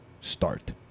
start